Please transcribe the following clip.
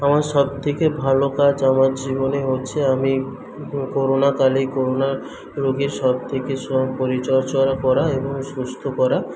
আমার সব থেকে ভালো কাজ আমার জীবনে হচ্ছে আমি করোনাকালে করোনা রুগির সব থেকে সব পরিচর্যা করা এবং সুস্থ করা